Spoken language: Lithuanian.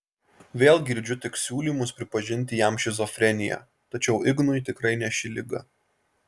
vėl girdžiu tik siūlymus pripažinti jam šizofreniją tačiau ignui tikrai ne ši liga